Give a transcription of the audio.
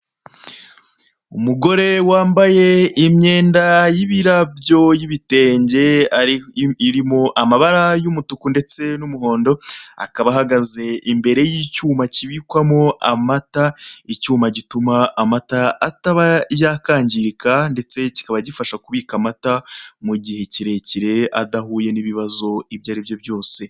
Umugore wambaye imyenda y'ibirabyo y'ibitenge irimo amabara y'umutuku ndetse n'umuhondo, akaba ahagaze imbere y'icyuma kibikwamo amata, icyuma gituma amata ataba yakangirika ndetse kikaba gifasha kubika amata mu gihe kirekire adahuye n'ibibazo ibyo aribyo byose.